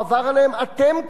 אתם קבעתם.